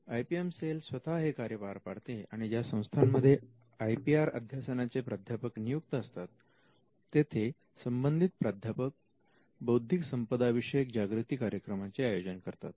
I P M cell स्वतः हे कार्य पार पाडते आणि ज्या संस्थांमध्ये आय पी आर अध्यासनाचे प्राध्यापक नियुक्त असतात तेथे संबंधित प्राध्यापक बौद्धिक संपदा विषयक जागृती कार्यक्रमांचे आयोजन करतात